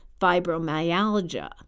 fibromyalgia